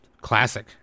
classic